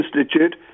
Institute